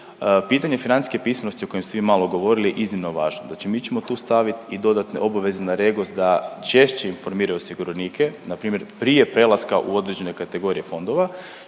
Pitanje financijske pismenosti o kojim ste vi malo govorili je iznimno važno. Znači, mi ćemo tu staviti i dodatne obaveze na REGOS da češće informiraju osiguranike, na primjer prije prelaska u određene kategorije fondova,